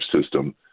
system